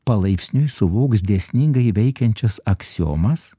palaipsniui suvoks dėsningai veikiančias aksiomas